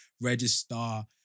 register